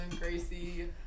Gracie